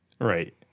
Right